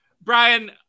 Brian